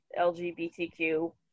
LGBTQ